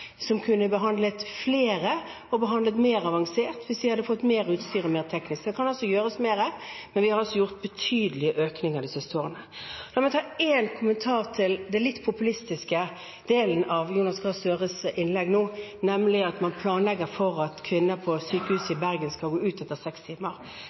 som kunne behandlet flere og behandlet mer avansert hvis de hadde fått mer utstyr – også teknisk. Det kan altså gjøres mer, men vi har gjort betydelige økninger de siste årene. La meg gi en kommentar til den litt populistiske delen av Jonas Gahr Støres innlegg, nemlig at man planlegger for at barselkvinner på sykehuset i Bergen skal ut etter 6 timer.